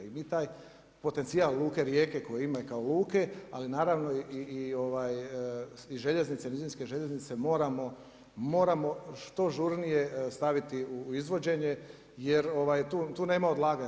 I mi taj potencijal luke Rijeke koje imaju kao luke ali naravno i željeznice, nizinske željeznice moramo što žurnije staviti u izvođenje jer tu nema odlaganja.